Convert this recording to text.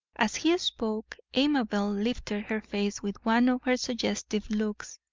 as he spoke, amabel lifted her face with one of her suggestive looks.